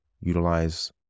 utilize